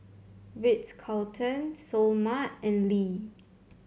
Ritz Carlton Seoul Mart and Lee